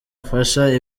afasha